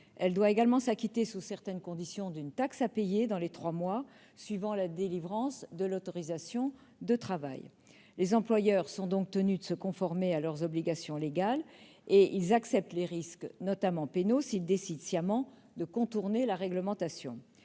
Elle doit également s'acquitter sous certaines conditions d'une taxe à payer dans les trois mois suivant la délivrance de l'autorisation de travail. Les employeurs sont donc tenus de se conformer à leurs obligations légales. Ils acceptent les risques, notamment pénaux, s'ils décident sciemment de contourner la réglementation.